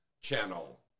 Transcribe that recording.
channel